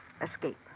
Escape